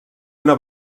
una